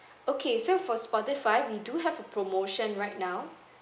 okay so for spotify we do have a promotion right now